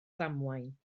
ddamwain